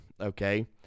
Okay